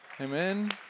Amen